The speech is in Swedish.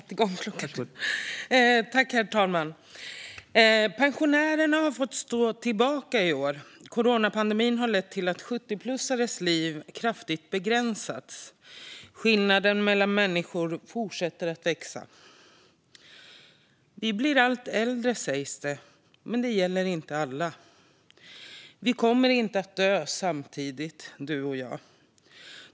Herr ålderspresident! Pensionärerna har fått stå tillbaka i år. Coronapandemin har lett till att 70-plussares liv kraftigt begränsats. Skillnaden mellan människor fortsätter att växa. Vi blir allt äldre, sägs det. Men det gäller inte alla. Vi kommer inte att dö samtidigt, du och jag.